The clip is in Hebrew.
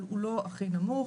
אבל הוא לא הכי נמוך,